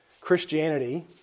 Christianity